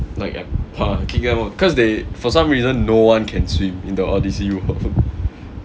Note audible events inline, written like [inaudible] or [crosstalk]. like I [noise] kick them out cause they for some reason no one can swim in the odyssey world